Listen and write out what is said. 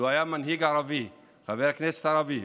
לו היה מנהיג ערבי, חבר כנסת ערבי,